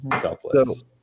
Selfless